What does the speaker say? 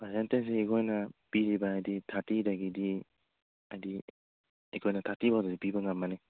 ꯄꯥꯔꯁꯦꯟꯇꯦꯖꯁꯤ ꯑꯩꯈꯣꯏꯅ ꯄꯤꯔꯤꯕ ꯍꯥꯏꯗꯤ ꯊꯥꯔꯇꯤꯗꯒꯤꯗꯤ ꯍꯥꯏꯗꯤ ꯑꯩꯈꯣꯏꯅ ꯊꯥꯔꯇꯤ ꯐꯥꯎꯗꯗꯤ ꯄꯤꯕ ꯉꯝꯒꯅꯤ